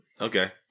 Okay